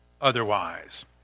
otherwise